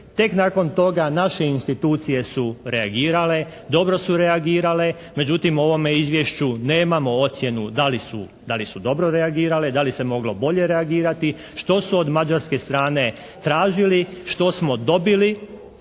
Tek nakon toga naše institucije su reagirale, dobro su reagirale. Međutim u ovom izvješću nemamo ocjenu da li su dobro reagirale, da li se moglo bolje reagirati, što su od mađarske strane tražili, što smo dobili?